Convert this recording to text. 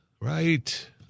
right